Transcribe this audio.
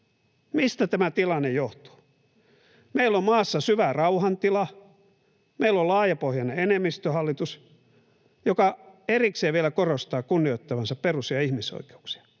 Mistä tämä tilanne johtuu? Meillä on maassa syvä rauhan tila. Meillä on laajapohjainen enemmistöhallitus, joka erikseen vielä korostaa kunnioittavansa perus- ja ihmisoikeuksia,